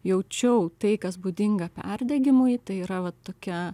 jaučiau tai kas būdinga perdegimui tai yra va tokia